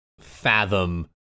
fathom